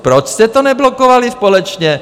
Proč jste to neblokovali společně?